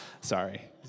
Sorry